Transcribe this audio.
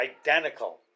identical